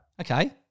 Okay